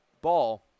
ball